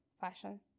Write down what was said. Fashion